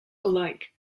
alike